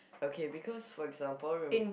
okay because for example rem~